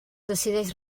decideix